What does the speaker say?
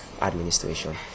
administration